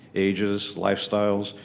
ages, lifestyles,